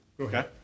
Okay